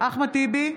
אחמד טיבי,